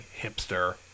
hipster